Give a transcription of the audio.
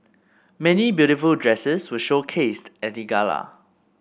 many beautiful dresses were showcased at the gala